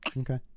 Okay